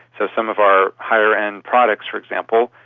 so some of our higher-end products, for example,